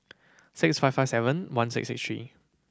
six five five seven one six six three